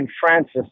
Francis